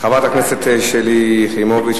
חברת הכנסת שלי יחימוביץ,